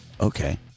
Okay